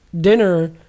dinner